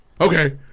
Okay